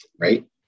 right